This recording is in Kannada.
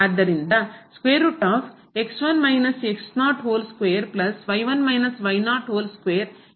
ಆದ್ದರಿಂದ ಇದುಅಂತರವಾಗಿದೆ